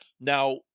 Now